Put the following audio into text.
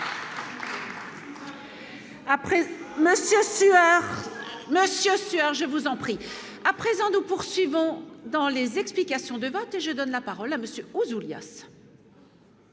Pierre, je vous en prie, à présent, nous poursuivons dans les explications de vote, je donne la parole à monsieur Ouzoulias.